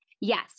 Yes